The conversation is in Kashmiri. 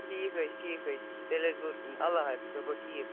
ٹھیٖک حظ چھُ ٹھیٖک حظ چھُ تیٚلہِ حظ گوٚو اللہ حافِظ تیٚلہِ گوٚو ٹھیٖک